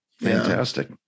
fantastic